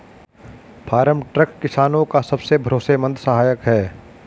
farm truck किसानो का सबसे भरोसेमंद सहायक है